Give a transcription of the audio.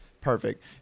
perfect